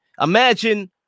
Imagine